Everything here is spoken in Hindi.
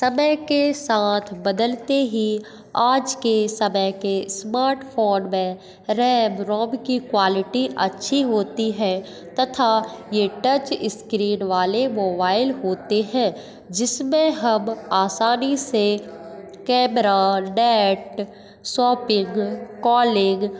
समय के साथ बदलते ही आज के समय के स्मार्टफ़ोन में रैम रोम की क्वालिटी अच्छी होती है तथा यह टचस्क्रीन वाले मोबाइल होते हैं जिसमें हम आसानी से कैमरा नेट शॉपिंग कॉलिंग